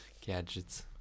gadgets